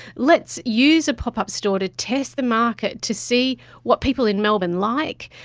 let's use a pop-up store to test the market to see what people in melbourne like,